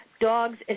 dogs